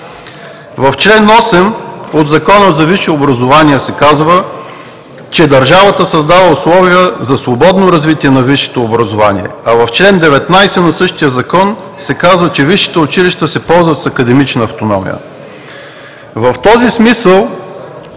В чл. 8 от Закона за висшето образование се казва, че „държавата създава условия за свободно развитие на висшето образование“, а в чл. 19 на същия закон се казва, че „висшите училища се ползват с академична автономия“. В този смисъл,